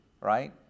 right